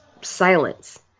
silence